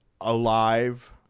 alive